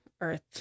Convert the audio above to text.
Earth